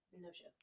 No-show